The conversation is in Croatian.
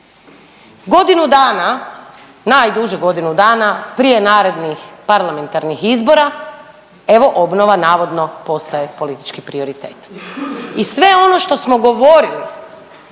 Godinu dana najduže godinu dana prije narednih parlamentarnih izbora, evo obnova navodno postaje politički prioritet i sve ono što smo govorili